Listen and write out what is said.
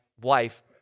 wife